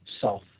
self